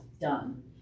done